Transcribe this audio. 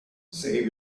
save